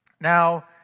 Now